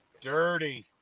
Dirty